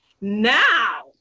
now